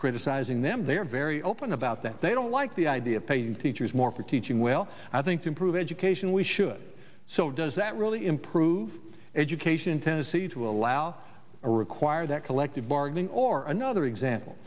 criticizing them they are very open about that they don't like the idea of paying teachers more for teaching well i think to improve education we should so does that really improve education in tennessee to allow a require that collective bargaining or another